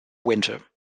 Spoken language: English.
winter